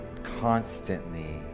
constantly